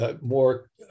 more